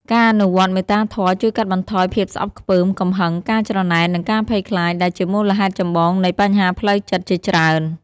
ការអនុវត្តន៍មេត្តាធម៌ជួយកាត់បន្ថយភាពស្អប់ខ្ពើម កំហឹង ការច្រណែន និងការភ័យខ្លាច ដែលជាមូលហេតុចម្បងនៃបញ្ហាផ្លូវចិត្តជាច្រើន។